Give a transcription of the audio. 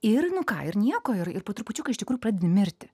ir nu ką ir nieko ir ir po trupučiuką iš tikrųjų pradedi mirti